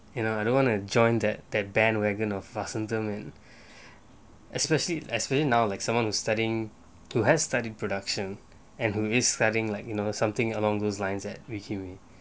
you know I don't want to join that that that bandwagon or vasantham and especially as now like someone who studying too has started production and who is studying like you know something along those lines that we kiwi